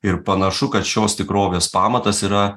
ir panašu kad šios tikrovės pamatas yra